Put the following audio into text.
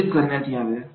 नियोजित करण्यात याव्या